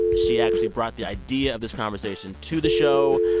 she actually brought the idea of this conversation to the show.